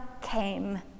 came